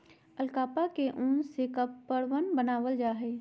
alpaca के उन से कपड़वन बनावाल जा हई